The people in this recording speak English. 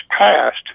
passed